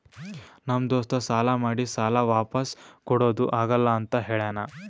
ನಮ್ ದೋಸ್ತ ಸಾಲಾ ಮಾಡಿ ಸಾಲಾ ವಾಪಿಸ್ ಕುಡಾದು ಆಗಲ್ಲ ಅಂತ ಹೇಳ್ಯಾನ್